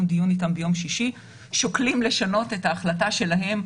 דיון איתם ביום שישי שוקלים לשנות את ההחלטה שלהם,